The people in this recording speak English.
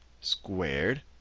squared